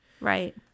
Right